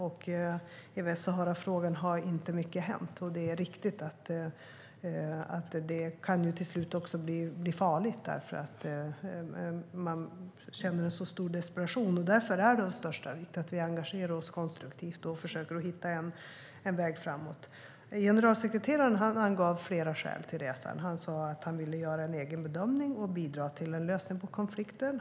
I Västsaharafrågan har inte mycket hänt. Det är riktigt att det till slut kan bli farligt, eftersom man känner en stor desperation. Därför är det av största vikt att vi engagerar oss konstruktivt och försöker hitta en väg framåt. Generalsekreteraren angav flera skäl till resan. Han sa att han ville göra en egen bedömning och bidra till en lösning på konflikten.